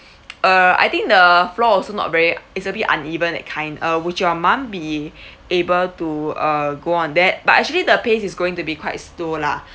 err I think the floor also not very is a bit uneven that kind uh would your mum be able to uh go on that but actually the pace is going to be quite slow lah